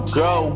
go